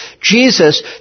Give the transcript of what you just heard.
Jesus